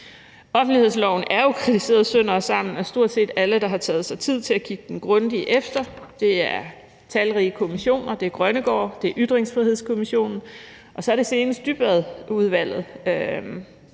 Offentlighedsloven er jo kritiseret sønder og sammen af stort set alle, der har taget sig tid til at kigge den grundigt efter – det er talrige kommissioner, det er Grønnegårdudredningen, det er Ytringsfrihedskommissionen, og så er det senest Dybvadudvalget.